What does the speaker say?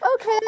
okay